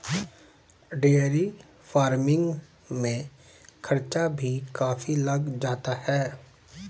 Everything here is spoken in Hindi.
डेयरी फ़ार्मिंग में खर्चा भी काफी लग जाता है